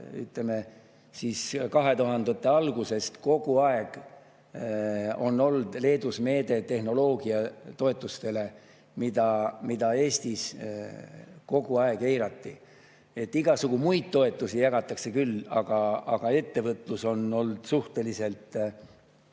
ütleme, 2000. algusest. Kogu aeg on olnud Leedus tehnoloogiatoetused ja -meetmed, mida Eestis kogu aeg eirati. Igasugu muid toetusi jagatakse küll, aga ettevõtlus on olnud suhteliselt